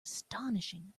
astonishing